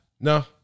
No